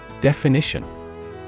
Definition